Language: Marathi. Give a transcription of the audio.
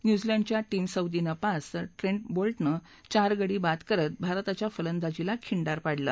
न्यूझीलंडच्या टीम सौदी पाच तर ट्रेंट बोल्टनं चार गडीबाद करत भारताच्या फलंदाजीला खिंडार पाडलं